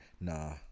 Nah